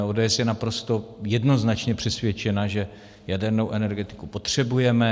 ODS je naprosto jednoznačně přesvědčena, že jadernou energetiku potřebujeme.